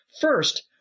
First